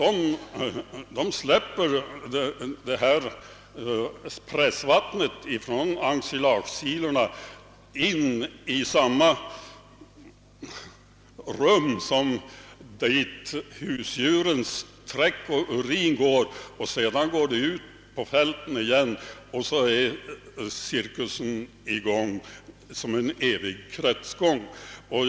De släpper nämligen pressvattnet från ensilagesilona in i det rum dit husdjurens träck och urin går, och sedan körs blandningen ut på fältet igen. Så är cirkusen i gång som ett evigt kretslopp.